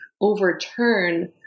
overturn